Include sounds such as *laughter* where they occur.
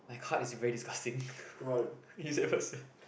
my card is very disgusting *laughs*